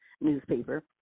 Newspaper